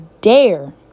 dare